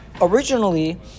originally